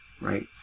right